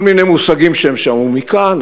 כל מיני מושגים שהם שמעו מכאן,